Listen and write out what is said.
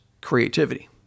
creativity